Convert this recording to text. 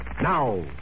Now